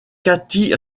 kathy